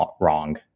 wrong